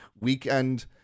weekend